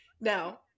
now